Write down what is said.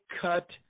cut